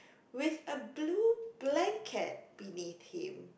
with a blue blanket beneath him